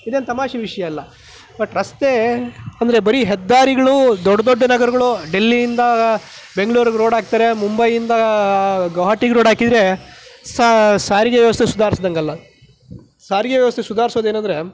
ಇದೇನು ತಮಾಷೆ ವಿಷಯ ಅಲ್ಲ ಬಟ್ ರಸ್ತೆ ಅಂದರೆ ಬರಿ ಹೆದ್ದಾರಿಗಳು ದೊಡ್ಡ ದೊಡ್ಡ ನಗರಗಳು ಡೆಲ್ಲಿಯಿಂದ ಬೆಂಗಳೂರಿಗೆ ರೋಡ್ ಹಾಕ್ತಾರೆ ಮುಂಬೈಯಿಂದ ಘಾಟಿಗೆ ರೋಡ್ ಹಾಕಿದ್ರೆ ಸಾರಿಗೆ ವ್ಯವಸ್ಥೆ ಸುಧಾರಿಸಿದಂಗಲ್ಲ ಸಾರಿಗೆ ವ್ಯವಸ್ಥೆ ಸುಧಾರಿಸೋದು ಏನೆಂದ್ರೆ